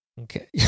Okay